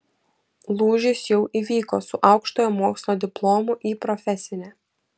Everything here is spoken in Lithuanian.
lūžis jau įvyko su aukštojo mokslo diplomu į profesinę